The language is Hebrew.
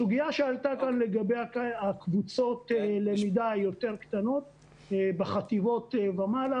לגבי הסוגיה שעלתה כאן לגבי קבוצות הלמידה היותר קטנות בחטיבות ומעלה